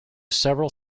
several